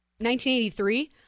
1983